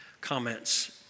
comments